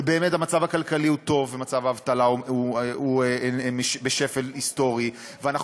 ובאמת המצב הכלכלי הוא טוב ומצב האבטלה הוא בשפל היסטורי ואנחנו